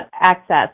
access